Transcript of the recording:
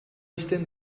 ixten